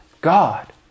God